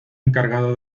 encargado